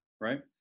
right